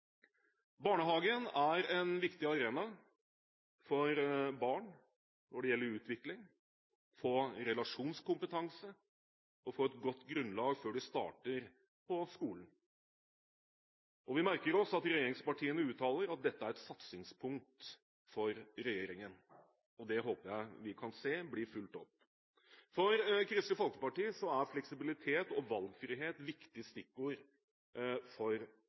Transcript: Barnehagen er en viktig arena for barn når det gjelder utvikling, få relasjonskompetanse og få et godt grunnlag før de starter på skolen. Vi merker oss at regjeringspartiene uttaler at dette er et satsingspunkt for regjeringen, og det håper jeg vi kan se blir fulgt opp. For Kristelig Folkeparti er fleksibilitet og valgfrihet viktige stikkord for